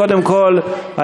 קודם כול,